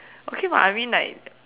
okay [what] I mean like